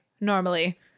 normally